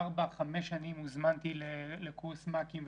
ארבע-חמש שנים הוזמנתי לקורס מ"כים,